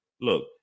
look